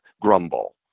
grumble